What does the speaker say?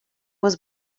was